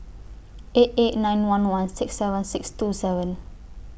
eight eight nine one one six seven six two seven